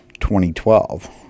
2012